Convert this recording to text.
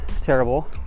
terrible